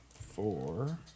Four